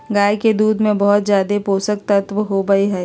गाय के दूध में बहुत ज़्यादे पोषक तत्व होबई हई